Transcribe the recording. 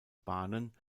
bahnen